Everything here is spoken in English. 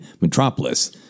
Metropolis